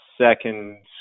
second